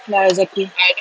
ya exactly